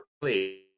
please